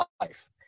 life